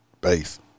base